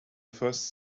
first